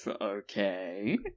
Okay